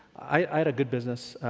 i had a good business,